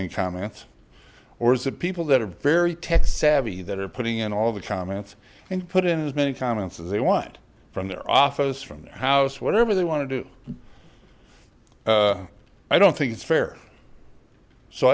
in comments or is it people that are very tech savvy that are putting in all the comments and put in as many comments as they want from their office from their house whatever they want to do i don't think it's fair so